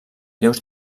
lleus